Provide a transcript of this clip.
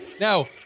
Now